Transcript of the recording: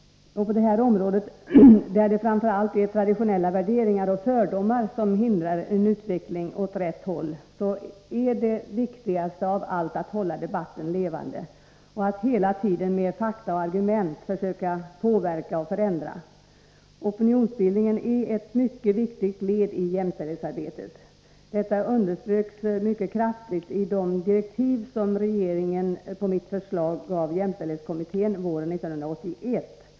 På detta område — där det framför allt är traditionella värderingar och fördomar som hindrar en utveckling åt rätt håll — är det viktigaste av allt att hålla debatten levande, att hela tiden med fakta och argument försöka påverka och förändra. Opinionsbildningen är ett mycket viktigt led i jämställdhetsarbetet. Detta underströks kraftigt i de direktiv som regeringen på mitt förslag gav jämställdhetskommittén våren 1981.